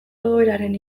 egoeraren